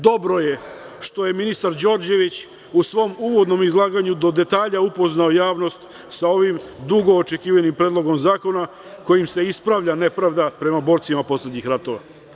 Dobro je što je ministar Đorđević u svom uvodnom izlaganju, do detalja upoznao javnost sa ovim dugo očekivanim Predlogom zakona, kojim se ispravlja nepravda prema borcima poslednjih ratova.